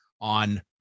on